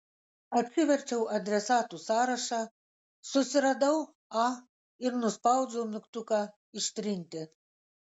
atsiverčiau adresatų sąrašą susiradau a ir nuspaudžiau mygtuką ištrinti